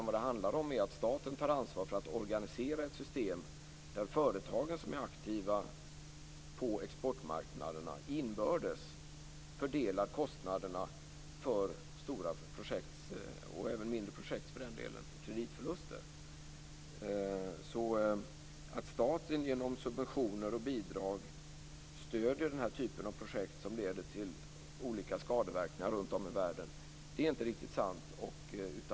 Vad det handlar om är att staten tar ansvar för att organisera ett system där företagen som är aktiva på exportmarknaderna inbördes fördelar kostnaderna för stora projekts och även mindre projekts, för den delen, kreditförluster. Att staten genom subventioner och bidrag stöder den här typen av projekt som leder till olika skadeverkningar runt om i världen är inte riktigt sant.